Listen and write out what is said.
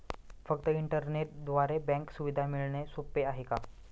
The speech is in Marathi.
फक्त इंटरनेटद्वारे बँक सुविधा मिळणे सोपे आहे का?